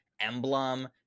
Emblem